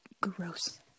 Gross